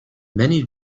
many